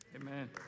Amen